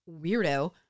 weirdo